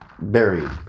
buried